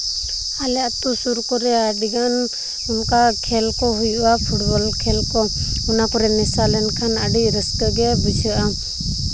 ᱟᱞᱮ ᱟᱛᱳ ᱥᱩᱨ ᱠᱚᱨᱮ ᱟᱹᱰᱤᱜᱟᱱ ᱚᱱᱠᱟ ᱠᱷᱮᱞ ᱠᱚ ᱦᱩᱭᱩᱜᱼᱟ ᱯᱷᱩᱴᱵᱚᱞ ᱠᱷᱮᱞ ᱠᱚ ᱚᱱᱟ ᱠᱚᱨᱮ ᱢᱮᱥᱟ ᱞᱮᱱᱠᱷᱟᱱ ᱟᱹᱰᱤ ᱨᱟᱹᱥᱠᱟᱹᱜᱮ ᱵᱩᱡᱷᱟᱹᱜᱼᱟ